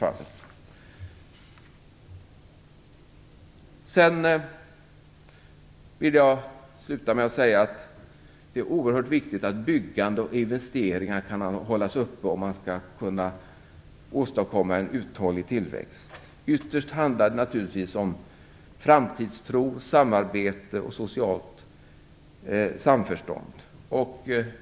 Jag vill sluta med att säga att det är oerhört viktigt att byggande och investeringar kan hållas uppe om man skall kunna åstadkomma en uthållig tillväxt. Ytterst handlar det om framtidstro, samarbete och socialt samförstånd.